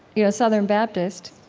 you know, southern baptist.